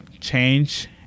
Change